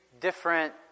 different